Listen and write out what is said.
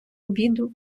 обіду